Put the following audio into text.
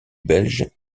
belge